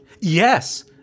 Yes